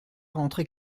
rentrer